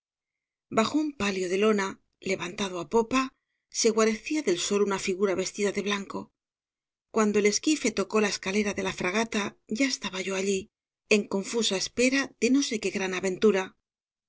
bajo un palio de lona levantado á popa se guarecía del sol una figura vestida de blanco cuando el esquife tocó la escalera de la fragata ya estaba yo allí en confusa espera de no sé qué gran ventura